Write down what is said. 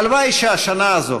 הלוואי שהשנה הזאת,